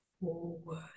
forward